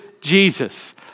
Jesus